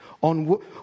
on